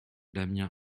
damien